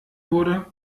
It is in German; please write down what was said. wurde